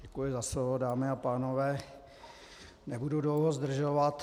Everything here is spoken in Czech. Děkuji za slovo, dámy a pánové, nebudu dlouho zdržovat.